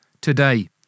Today